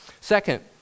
second